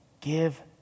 give